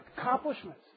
accomplishments